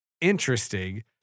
interesting